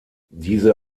diese